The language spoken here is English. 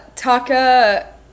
Taka